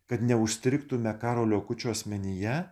kad neužstrigtumėme karolio akučio asmenyje